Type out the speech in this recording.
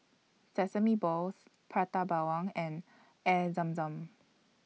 Sesame Balls Prata Bawang and Air Zam Zam